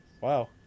Wow